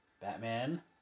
Batman